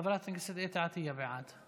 חבר הכנסת טייב, בעד,